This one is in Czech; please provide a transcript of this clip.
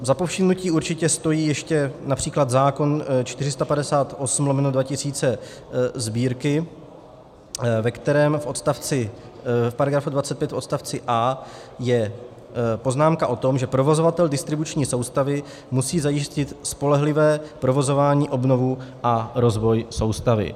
Za povšimnutí určitě stojí ještě například zákon 458/2000 Sb., ve kterém v § 25 odst. 1 písm. a) je poznámka o tom, že provozovatel distribuční soustavy musí zajistit spolehlivé provozování, obnovu a rozvoj soustavy.